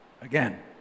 again